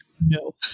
no